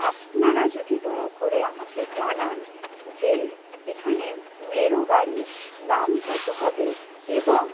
আপনারা যদি দয়া করে আমাকে জানান যে এখানে বোলেরো গাড়ির দাম কত হবে এবং